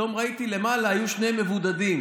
פתאום ראיתי למעלה, היו שני מבודדים.